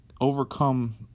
overcome